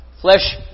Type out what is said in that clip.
Flesh